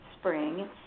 spring